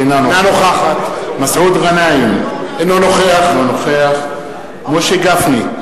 אינה נוכחת מסעוד גנאים, אינו נוכח משה גפני,